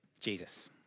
Jesus